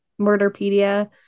murderpedia